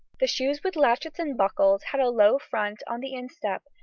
the shoes with latchets and buckles had a low front on the instep,